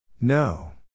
No